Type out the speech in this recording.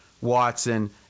Watson